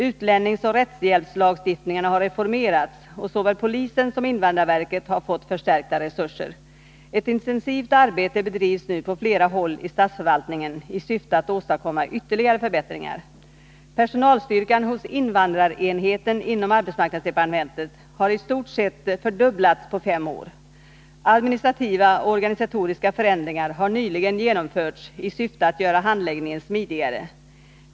Utlänningsoch rättshjälpslagstiftningarna har reformerats och såväl polisen som invandrarverket har fått förstärkta resurser. Ett intensivt arbete bedrivs nu på flera håll i statsförvaltningen i syfte att åstadkomma ytterligare förbättringar. Personalstyrkan hos invandrarenheten inom arbetsmarknadsdepartementet har i stort sett kunnat fördubblas på fem år. Administrativa och organisatoriska förändringar har nyligen genomförts i syfte att göra handläggningen smidigare.